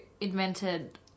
invented